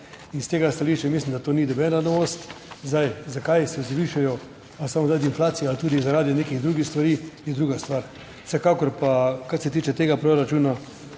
in s tega stališča mislim, da to ni nobena novost. Zdaj, zakaj se zvišajo, ali samo zaradi inflacije ali tudi zaradi nekih drugih stvari, je druga stvar, vsekakor pa, kar se tiče tega proračuna,